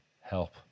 help